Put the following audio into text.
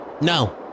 No